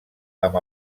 amb